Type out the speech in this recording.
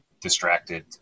distracted